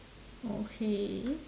okay